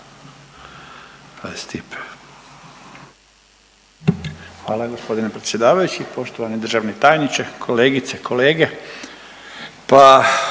Hvala g. predsjedavajući, poštovani državni tajniče, kolegice i kolege.